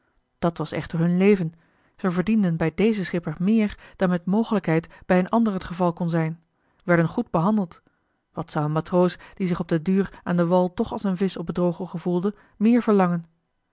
dat was echter hun leven ze verdienden bij dezen schipper meer dan met mogelijkheid bij een ander het geval kon zijn werden goed behandeld wat zou een matroos die zich op den duur aan den wal toch als een visch op het droge gevoelde meer verlangen